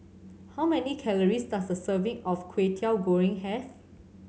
how many calories does a serving of Kwetiau Goreng have